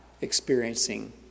experiencing